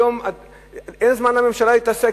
היום אין לממשלה זמן להתעסק.